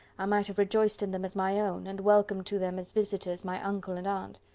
i might have rejoiced in them as my own, and welcomed to them as visitors my uncle and aunt.